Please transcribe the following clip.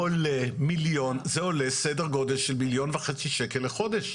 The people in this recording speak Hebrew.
עולה סדר גודל של מיליון וחצי שקל לחודש.